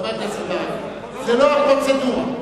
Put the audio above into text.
חבר הכנסת ברכה, זאת לא הפרוצדורה.